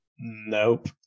Nope